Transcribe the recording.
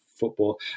football